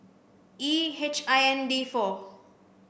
E H I N D four